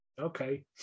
Okay